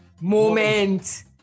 moment